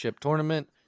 Tournament